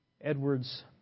Edwards